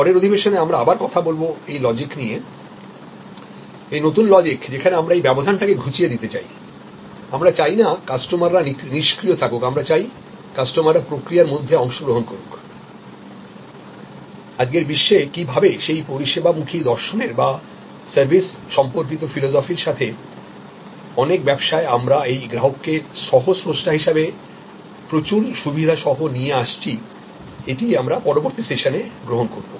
পরের অধিবেশনে আমরা আবার কথা বলবো এই লজিক নিয়ে এই নতুন লজিক যেখানে আমরা এই ব্যবধান টাকেঘুচিয়ে দিতে চাই আমরা চাইনা কাস্টমাররা নিষ্ক্রিয় থাকুক আমরা চাই কাস্টমাররা প্রক্রিয়ার মধ্যে অংশগ্রহণ করুক আজকের বিশ্বে কী ভাবে সেই পরিষেবা মুখী দর্শনের বা সার্ভিস সম্পর্কিত ফিলোজফির সাথে অনেক ব্যবসায় আমরা এই গ্রাহককে সহ স্রষ্টা হিসাবে প্রচুর সুবিধা সহ নিয়ে আসছি এটিই আমরা পরবর্তী সেশনে গ্রহণ করব